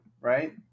right